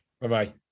Bye-bye